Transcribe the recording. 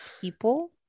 people